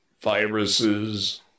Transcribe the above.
viruses